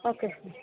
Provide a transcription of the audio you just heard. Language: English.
okay sir